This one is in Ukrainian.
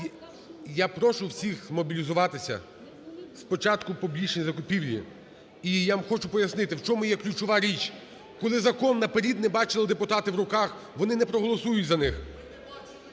Я прошу всіхзмобілізуватися. Спочатку публічні закупівлі. І я вам хочу пояснити, в чому є ключова річ. Коли закон наперед не бачили депутати в руках, вони не проголосують за них.